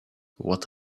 what